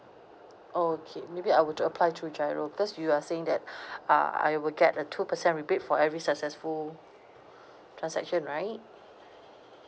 oh okay maybe I were to apply through GIRO because you were saying that ah I would get a two percent rebate for every successful transaction right